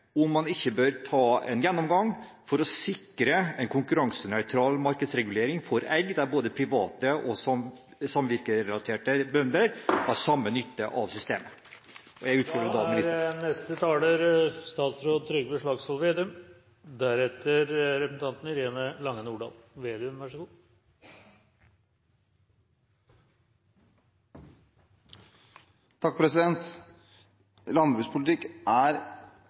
om man ikke bør ta en gjennomgang for å sikre en «en konkurransenøytral markedsregulering for egg der både privat- og samvirkeleverende bønder har samme nytte av systemet». Landbrukspolitikk er,